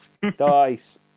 Dice